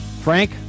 Frank